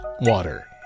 water